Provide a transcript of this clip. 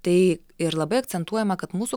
tai ir labai akcentuojame kad mūsų